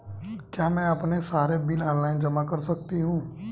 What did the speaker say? क्या मैं अपने सारे बिल ऑनलाइन जमा कर सकती हूँ?